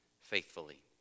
faithfully